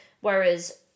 whereas